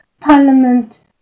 Parliament